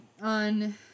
On